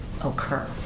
occur